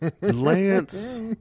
Lance